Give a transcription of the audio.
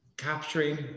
capturing